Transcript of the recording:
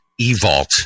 eVault